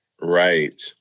Right